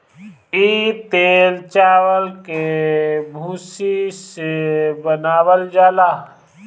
इ तेल चावल के भूसी से बनावल जाला